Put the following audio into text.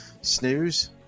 snooze